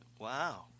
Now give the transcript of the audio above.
Wow